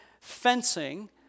fencing